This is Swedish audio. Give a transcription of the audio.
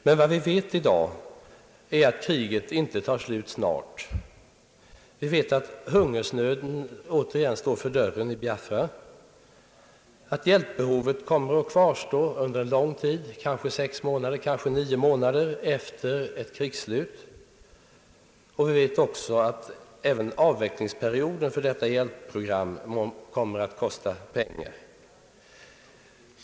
Men vad vi vet i dag är att kriget inte tar slut snart. Vi vet också att hungersnöden återigen står för dörren i Biafra, att hjälpbehovet kommer att kvarstå under lång tid — kanske sex, kanske nio månader efter ett krigsslut — och att även avvecklingsperioden för detta hjälpprogram kommer att kosta pengar.